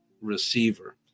receiver